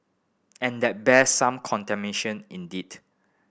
and that bears some indeed